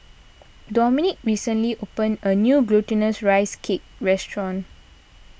Dominick recently opened a new Glutinous Rice Cake restaurant